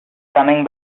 coming